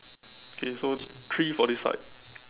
okay so three for this side